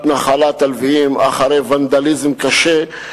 "נחלת הלויים" אחרי שביצע שם ונדליזם קשה,